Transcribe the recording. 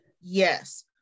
Yes